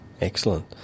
Excellent